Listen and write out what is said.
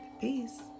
Peace